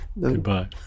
Goodbye